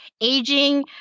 aging